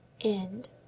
End